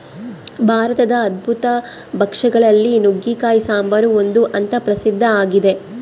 ಭಾರತದ ಅದ್ಭುತ ಭಕ್ಷ್ಯ ಗಳಲ್ಲಿ ನುಗ್ಗೆಕಾಯಿ ಸಾಂಬಾರು ಒಂದು ಅಂತ ಪ್ರಸಿದ್ಧ ಆಗಿದೆ